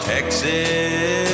Texas